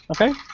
Okay